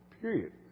Period